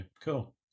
cool